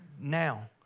Now